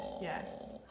Yes